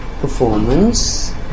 performance